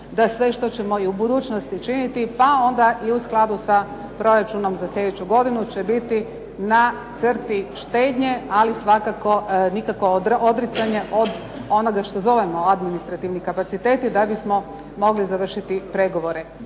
da sve što ćemo i u budućnosti činiti pa onda i u skladu sa proračunom za slijedeću godinu će biti na crti štednje ali svakako nikako odricanje od onoga što zove administrativni kapacitet je da bi smo mogli završiti pregovore.